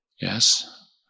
yes